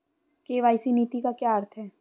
KYC नीति का क्या अर्थ है?